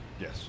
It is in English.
Yes